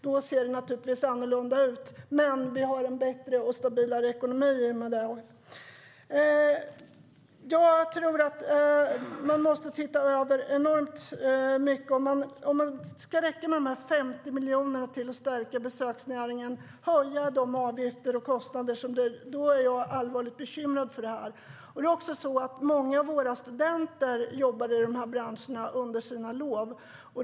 Då ser det naturligtvis annorlunda ut. Men vi har en bättre och stabilare ekonomi. Många av våra studenter jobbar i dessa branscher under loven.